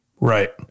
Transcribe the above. right